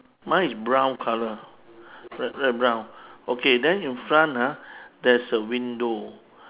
mine is brown colour light light brown okay then in front ah there is a window